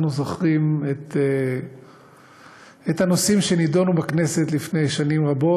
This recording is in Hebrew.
אנחנו זוכרים את הנושאים שנדונו בכנסת לפני שנים רבות.